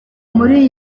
muri